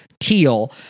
teal